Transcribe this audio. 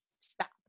stop